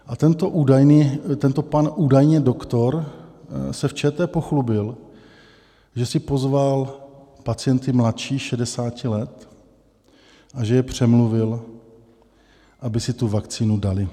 A tento údajný, tento pan údajně doktor se v ČT pochlubil, že si pozval pacienty mladší 60 let a že je přemluvil, aby si tu vakcínu dali.